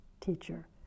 Teacher